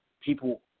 people